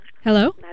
Hello